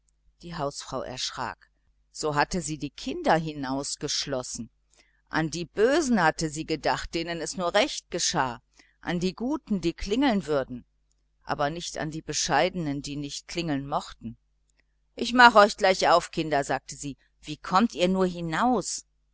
die hausfrau erschrak so hatte sie die kinder hinausgeschlossen an die bösen hatte sie gedacht denen es recht geschah an die guten die klingeln würden aber nicht an die bescheidenen die nicht klingeln mochten ich mache euch gleich auf kinder sagte sie wie kommt ihr nur hinaus